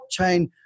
Blockchain